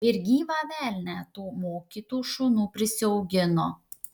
ir gyvą velnią tų mokytų šunų prisiaugino